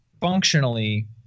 functionally